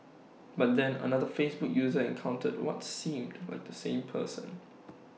but then another Facebook user encountered what seemed like the same person